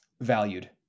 valued